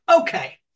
Okay